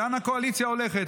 לאן הקואליציה הולכת,